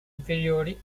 inferiori